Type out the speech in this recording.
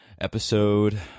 episode